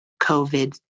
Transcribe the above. COVID